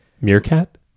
Meerkat